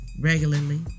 regularly